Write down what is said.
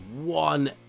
one